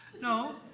No